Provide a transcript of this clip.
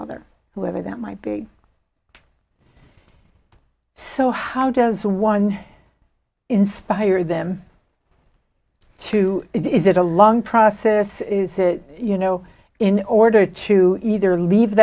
other whoever that might be so how does one inspire them to it is it a long process is it you know in order to either leave